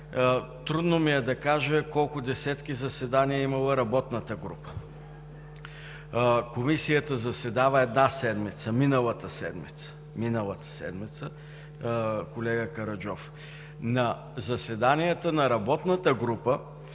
Трудно ми е да кажа колко десетки заседания е имала работната група. Комисията заседава една седмица – миналата седмица, колега Караджов. На заседанията на работната група